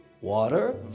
water